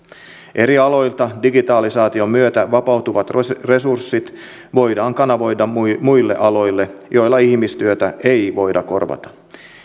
eri aloilta digitalisaation myötä vapautuvat resurssit voidaan kanavoida muille aloille joilla ihmistyötä ei voida korvata